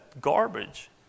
garbage